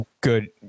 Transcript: good